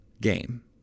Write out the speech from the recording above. game